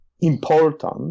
important